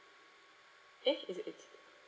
eh is it A_T_V